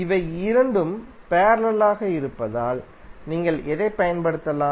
இவை இரண்டும் பேரலலாக இருப்பதால் நீங்கள் எதைப் பயன்படுத்தலாம்